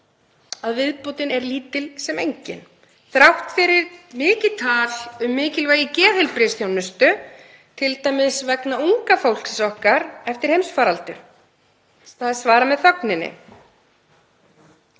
að viðbótin er lítil sem engin þrátt fyrir mikið tal um mikilvægi geðheilbrigðisþjónustu, t.d. vegna unga fólksins okkar eftir heimsfaraldur. Það er svarað með þögninni.